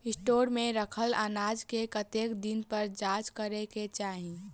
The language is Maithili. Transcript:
स्टोर मे रखल अनाज केँ कतेक दिन पर जाँच करै केँ चाहि?